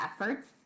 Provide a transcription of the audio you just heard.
efforts